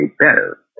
better